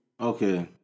Okay